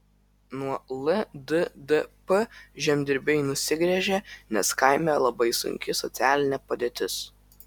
nuo lddp žemdirbiai nusigręžė nes kaime labai sunki socialinė padėtis